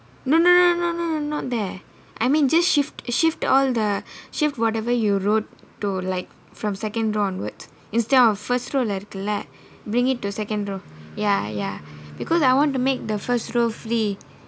no no no no not there I mean just shift shift all the shift whatever you wrote to like from second row onwards instead of first row leh இருக்குலே:irukkulae bring it to second row ya ya because I want to make the first row free